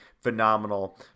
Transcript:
phenomenal